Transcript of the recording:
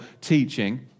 teaching